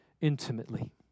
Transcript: intimately